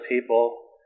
people